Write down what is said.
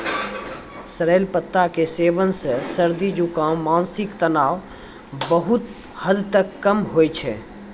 sorrel पत्ता के सेवन सॅ सर्दी, जुकाम, मानसिक तनाव बहुत हद तक कम होय छै